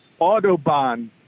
Autobahn